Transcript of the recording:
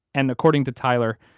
and according to tyler,